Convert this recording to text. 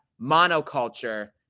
monoculture